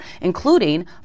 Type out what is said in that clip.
including